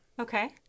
Okay